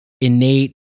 innate